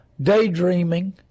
Daydreaming